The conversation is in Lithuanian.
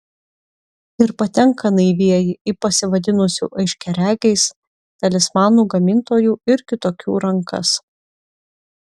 ir patenka naivieji į pasivadinusių aiškiaregiais talismanų gamintojų ir kitokių rankas